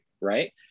right